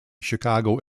chicago